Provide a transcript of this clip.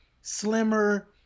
slimmer